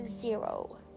zero